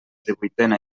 divuitena